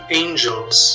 angels